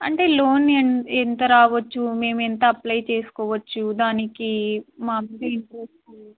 అంటే లోన్ ఎంత రావచ్చు మేము ఎంత అప్లై చేసుకోవచ్చు దానికి మంత్లీ ఇంట్రెస్టు